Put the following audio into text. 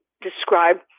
describe